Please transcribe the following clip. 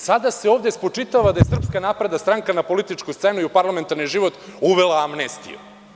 Sada se ovde spočitava da je SNS na političku scenu i u parlamentarni život uvela amnestiju.